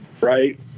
right